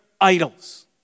idols